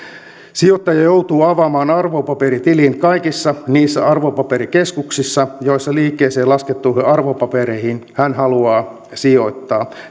sijoittaja joutuu avaamaan arvopaperitilin kaikissa niissä arvopaperikeskuksissa joissa liikkeeseen laskettuihin arvopapereihin hän haluaa sijoittaa